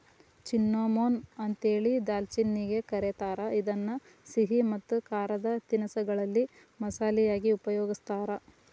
cinnamon ಅಂತೇಳಿ ದಾಲ್ಚಿನ್ನಿಗೆ ಕರೇತಾರ, ಇದನ್ನ ಸಿಹಿ ಮತ್ತ ಖಾರದ ತಿನಿಸಗಳಲ್ಲಿ ಮಸಾಲಿ ಯಾಗಿ ಉಪಯೋಗಸ್ತಾರ